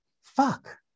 Fuck